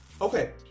Okay